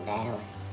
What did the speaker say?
Dallas